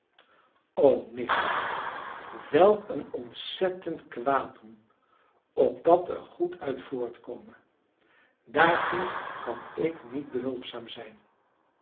o nicht welk een ontzettend kwaaddoen opdat er goed uit voortkome daartoe kan ik niet behulpzaam zijn